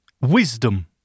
Wisdom